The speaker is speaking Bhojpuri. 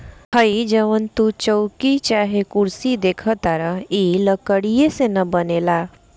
हइ जवन तू चउकी चाहे कुर्सी देखताड़ऽ इ लकड़ीये से न बनेला